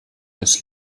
als